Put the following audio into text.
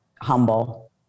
humble